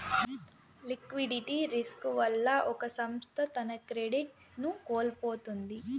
liquidity risk వల్ల ఒక సంస్థ తన క్రెడిట్ ను కోల్పోతుంది